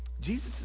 Jesus